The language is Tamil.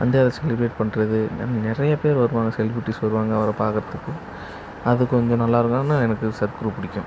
வந்து அதை செலிப்ரேட் பண்ணுறது நிறைய பேர் வருவாங்க செலிப்ரட்டிஸ் வருவாங்க அவரை பார்க்குறத்துக்கு அது கொஞ்சம் நல்லா இருக்கும் ஆனால் எனக்கு சத்குரு பிடிக்கும்